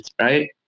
right